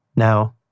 Now